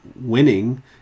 winning